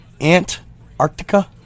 Ant-Arctica